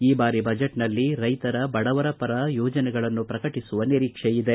ಈ ಬಾರಿ ಬಜೆಟ್ನಲ್ಲಿ ರೈತರ ಬಡವರ ಪರ ಯೋಜನೆಗಳನ್ನು ಪ್ರಕಟಿಸುವ ನಿರೀಕ್ಷೆಯಿದೆ